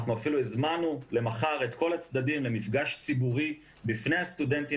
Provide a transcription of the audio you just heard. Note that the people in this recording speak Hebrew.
אנחנו אפילו הזמנו למחר את כל הצדדים למפגש ציבורי בפני הסטודנטים.